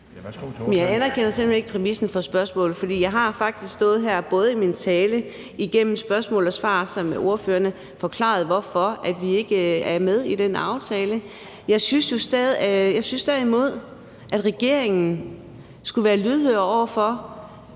Jeg anerkender simpelt hen ikke præmissen for spørgsmålet, for jeg har faktisk stået her som ordfører, både i min tale og igennem spørgsmål og svar, og forklaret, hvorfor vi ikke er med i den aftale. Jeg synes derimod, at regeringen skulle være lydhøre over for